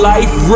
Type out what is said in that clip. Life